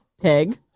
Pig